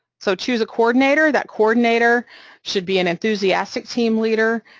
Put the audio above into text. so choose a coordinator, that coordinator should be an enthusiastic team leader.